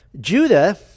Judah